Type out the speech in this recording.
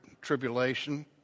tribulation